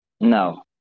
No